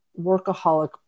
workaholic